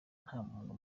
ntamuntu